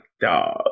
dog